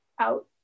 out